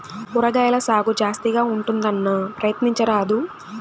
కూరగాయల సాగు జాస్తిగా ఉంటుందన్నా, ప్రయత్నించరాదూ